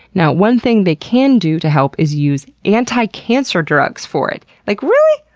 now, one thing they can do to help is use anti-cancer drugs for it. like, really?